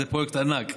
וזה פרויקט ענק,